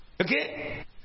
Okay